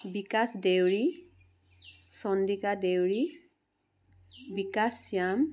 Bikash Deori Chandika Deori Bikash Shyam